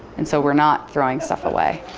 and so we're not throwing stuff away.